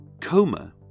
coma